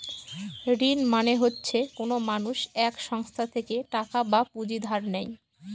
ঋণ মানে হচ্ছে কোনো মানুষ এক সংস্থা থেকে টাকা বা পুঁজি ধার নেয়